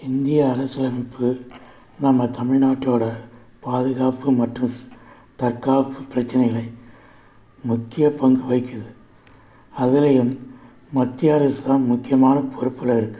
இந்திய அரசியல் அமைப்பு நம்ம தமிழ்நாட்டோட பாதுகாப்பு மற்றும் தற்காப்பு பிரச்சனைகளை முக்கிய பங்கு வகிக்கிறது அதுலேயும் மத்திய அரசு தான் முக்கியமான பொறுப்பில் இருக்குது